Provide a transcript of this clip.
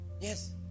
Yes